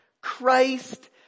Christ